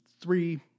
three